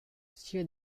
sia